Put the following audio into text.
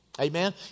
Amen